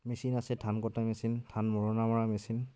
machine আছে ধান কটা মেচিন ধান মৰণা মাৰা মেচিন